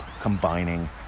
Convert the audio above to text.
combining